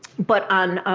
but on